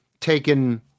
taken